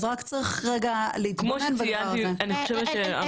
כל ילד, אורתופדיה,